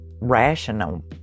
rational